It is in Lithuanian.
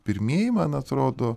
pirmieji man atrodo